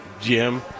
Jim